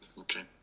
okay,